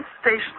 station